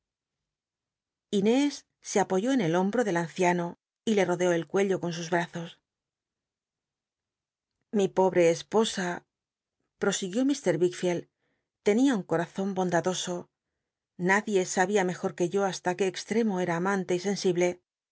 inés se apoyó en el hombro del anciano y le rodeó el cuello con sus bmzos mi pobre esposa prosiguió lir vicklielcl tenia un corazon bondadoso nadie sa bia mejor que yo hasta qué extremo era amante y sensible